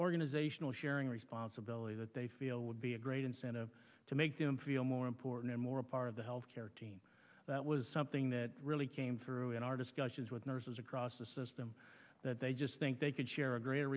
organizational sharing responsibility that they feel would be a great incentive to make them feel more important and more a part of the health care team that was something that really came through in our discussions with nurses across the system that they just think they could share a greater